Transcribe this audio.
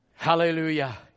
Hallelujah